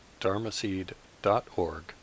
dharmaseed.org